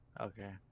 Okay